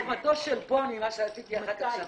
ונקמתו של פוני, מה שעשיתי אחר כך -- מתי?